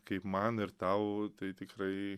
kaip man ir tau tai tikrai